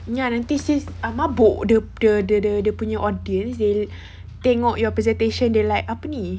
ya nanti sis err mabuk the the the the the dia punya order tengok your presentation macam apa ini